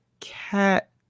cat